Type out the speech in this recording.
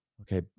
okay